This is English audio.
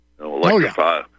electrify